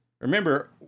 Remember